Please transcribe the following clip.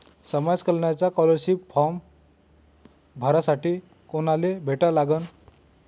समाज कल्याणचा scholarship form भरासाठी कुनाले भेटा लागन?